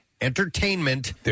Entertainment